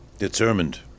Determined